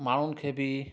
माण्हुनि खे बि